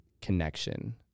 connection